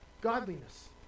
Godliness